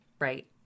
Right